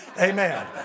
Amen